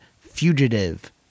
fugitive